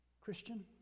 Christian